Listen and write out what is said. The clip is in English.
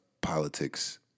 politics